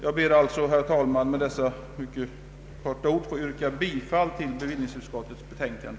Jag ber, herr talman, att med dessa ord få yrka bifall till bevillningsutskottets betänkande.